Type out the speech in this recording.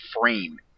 frame